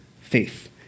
faith